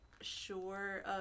sure